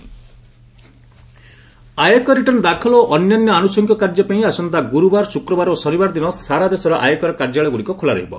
IT return ଆୟକର return ଦାଖଲ ଓ ଅନ୍ୟାନ୍ୟ ଆନୁସଙ୍ଗିକ କାର୍ଯ୍ୟ ପାଇଁ ଆସନ୍ତା ଗୁରୁବାର ଶୁକ୍ରବାର ଓ ଶନିବାର ଦିନ ସାରା ଦେଶରେ ଆୟକର କାର୍ଯ୍ୟାଳୟଗୁଡ଼ିକ ଖୋଲା ରହିବ